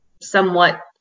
somewhat